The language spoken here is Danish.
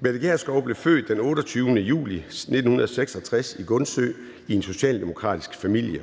Mette Gjerskov blev født den 28. juli 1966 i Gundsø i en socialdemokratisk familie.